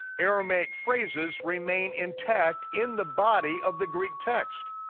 aramaic phrases remain intact in the body of the greek text.